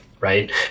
Right